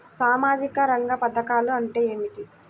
సామాజిక రంగ పధకాలు అంటే ఏమిటీ?